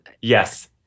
Yes